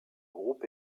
groupe